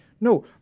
No